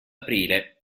aprile